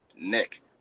nick